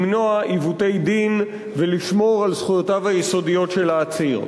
למנוע עיוותי דין ולשמור על זכויותיו היסודיות של העציר.